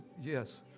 yes